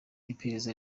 iperereza